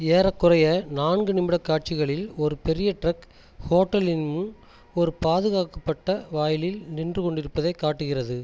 ஏறக்குறைய நான்கு நிமிட காட்சிகளில் ஒரு பெரிய டிரக் ஹோட்டலின் முன் ஒரு பாதுகாக்கப்பட்ட வாயிலில் நின்று கொண்டிருப்பதைக் காட்டுகிறது